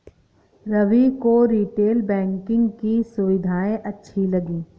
रवि को retail banking की सुविधाएं अच्छी लगी